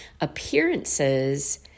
appearances